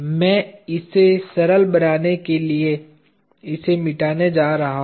मैं इसे सरल बनाने के लिए इसे मिटाने जा रहा हूं